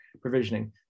provisioning